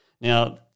Now